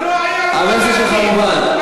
המסר שלך מובן.